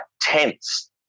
tense